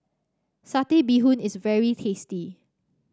Satay Bee Hoon is very tasty